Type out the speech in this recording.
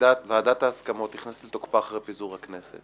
ועדת ההסכמות תיכנס לתוקפה אחרי פיזור הכנסת.